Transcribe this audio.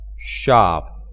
shop